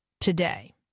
today